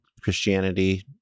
Christianity